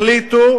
החליטו